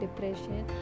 depression